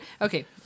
okay